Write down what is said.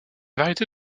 variété